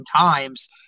times